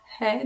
head